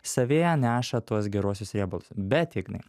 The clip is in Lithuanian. savyje neša tuos geruosius riebalus bet ignai